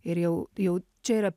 ir jau jau čia yra